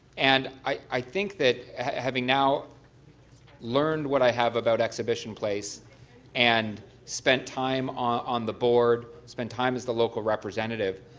and i think that having now learned what i have about exhibition place and spent time on the board, spend time as the local representative,